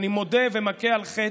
אני מודה ומכה על חטא,